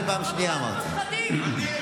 חבורת מושחתים.